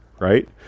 right